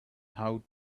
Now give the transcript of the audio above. how